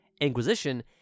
Inquisition